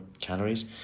calories